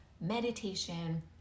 meditation